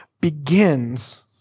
begins